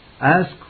Ask